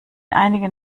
einigen